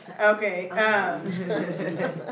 Okay